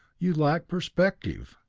you lack perspective.